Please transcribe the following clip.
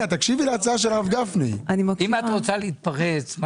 אם את רוצה להתפרץ,